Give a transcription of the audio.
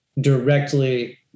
directly